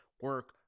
Work